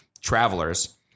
travelers